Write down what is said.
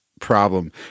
problem